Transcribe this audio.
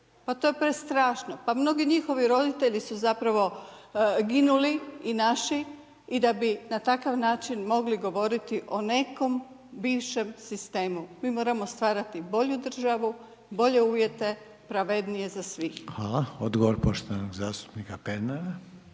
Pa to je prestrašno, pa mnogi njihovi roditelji su zapravo ginuli i naši i da bi na takav način mogli govoriti o nekom bivšem sistemu. Mi moramo stvarati bolju državu, bolje uvjete, pravednije za sve. **Reiner, Željko (HDZ)** Hvala. Odgovor poštovanog zastupnika Pernara.